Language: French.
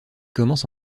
commence